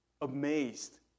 amazed